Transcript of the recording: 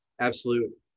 absolute